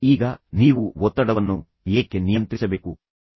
ಈಗ ನೀವು ಒತ್ತಡವನ್ನು ಏಕೆ ನಿಯಂತ್ರಿಸಬೇಕು ನೀವು ಅದನ್ನು ಏಕೆ ನಿಯಂತ್ರಿಸಬೇಕು